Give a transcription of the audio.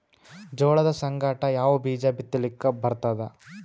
ಜೋಳದ ಸಂಗಾಟ ಯಾವ ಬೀಜಾ ಬಿತಲಿಕ್ಕ ಬರ್ತಾದ?